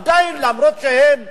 עדיין, למרות שהם באופוזיציה,